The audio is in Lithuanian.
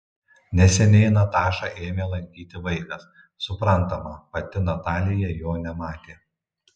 neseniai natašą ėmė lankyti vaikas suprantama pati natalija jo nematė